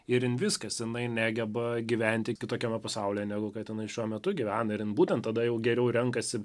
ir jin viskas jinai negeba gyventi kitokiame pasaulyje negu kad jinai šiuo metu gyvena ir būtent tada jau geriau renkasi